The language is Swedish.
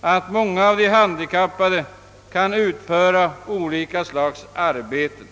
att många av de handikappade kan utföra olika slags arbete.